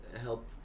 help